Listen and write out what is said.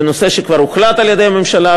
זה נושא שכבר הוחלט על-ידי הממשלה,